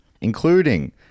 including